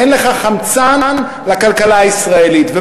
ואין לך חמצן לכלכלה הישראלית.